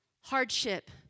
hardship